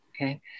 Okay